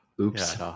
oops